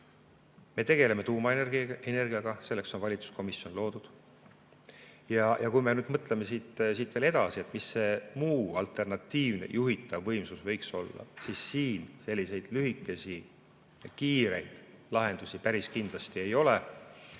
Me tegeleme tuumaenergiaenergiaga, selleks on valitsuskomisjon loodud. Kui me nüüd mõtleme siit veel edasi, mis see muu alternatiivne juhitav võimsus võiks olla, siis selliseid kiireid lahendusi päris kindlasti ei ole.